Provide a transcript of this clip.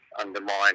undermine